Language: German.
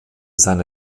seine